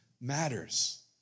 matters